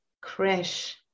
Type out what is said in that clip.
crash